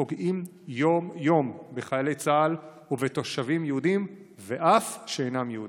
פוגעים יום-יום בחיילי צה"ל ובתושבים יהודים ואף שאינם יהודים.